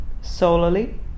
solely